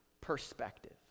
perspective